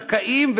זכאים,